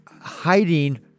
hiding